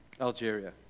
Algeria